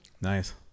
nice